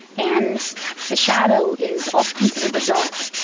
and the shadow is also considered the dark.